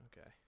okay